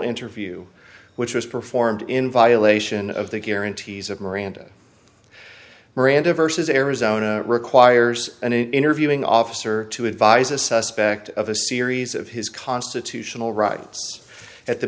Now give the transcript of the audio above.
interview which was performed in violation of the guarantees of miranda miranda versus arizona requires an interviewing officer to advise a suspect of a series of his constitutional rights at the